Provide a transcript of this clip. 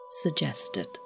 suggested